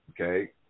Okay